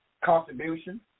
contribution